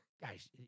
guys